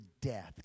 death